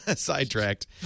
Sidetracked